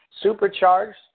supercharged